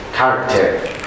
character